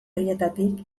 horietatik